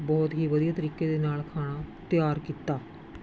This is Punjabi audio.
ਬਹੁਤ ਹੀ ਵਧੀਆ ਤਰੀਕੇ ਦੇ ਨਾਲ ਖਾਣਾ ਤਿਆਰ ਕੀਤਾ